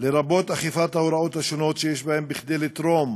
לרבות אכיפת ההוראות שיש בהן לתרום